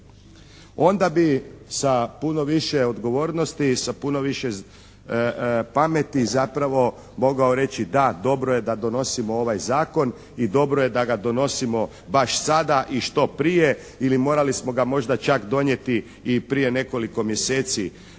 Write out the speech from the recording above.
Onda bi sa puno više odgovornosti i sa puno više pameti zapravo mogao reći, da dobro je da donosimo ovaj zakon i dobro je da ga donosimo baš sada i što prije ili morali smo ga možda čak donijeti i prije nekoliko mjeseci